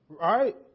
right